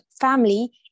family